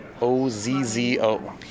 O-Z-Z-O